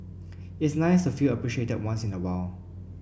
it's nice to feel appreciated once in a while